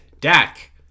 Dak